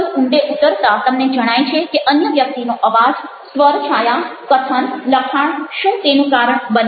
વધુ ઊંડે ઉતરતા તમને જણાય છે કે અન્ય વ્યક્તિનો અવાજ સ્વર છાયા કથન લખાણ શું તેનું કારણ બની રહે છે